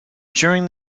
during